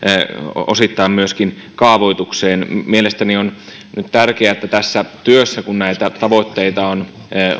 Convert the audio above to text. osittain myöskin kaavoitukseen mielestäni on tärkeää että tässä työssä kun näitä tavoitteita on